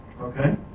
Okay